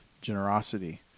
generosity